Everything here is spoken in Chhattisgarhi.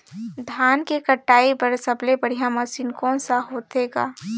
धान के कटाई बर सबले बढ़िया मशीन कोन सा होथे ग?